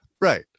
right